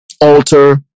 alter